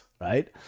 right